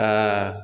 ओह